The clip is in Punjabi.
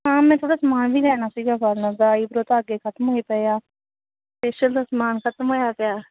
ਹਾਂ ਮੈਂ ਥੋੜ੍ਹਾ ਸਮਾਨ ਵੀ ਲੈਣਾ ਸੀਗਾ ਦਾ ਆਈਬ੍ਰੋ ਧਾਗੇ ਖ਼ਤਮ ਹੋਏ ਪਏ ਆ ਫੇਸ਼ੀਅਲ ਦਾ ਸਮਾਨ ਖ਼ਤਮ ਹੋਇਆ ਪਿਆ